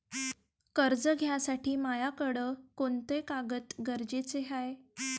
कर्ज घ्यासाठी मायाकडं कोंते कागद गरजेचे हाय?